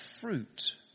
fruit